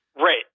Right